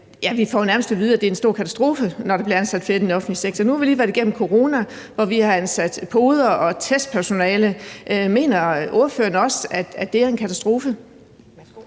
vi får jo nærmest at vide, at det er en stor katastrofe, når der bliver ansat flere i den offentlige sektor. Nu har vi lige været igennem corona, hvor vi har ansat podere og testpersonale, og jeg vil bare lige høre, om ordføreren også mener, at det er en katastrofe.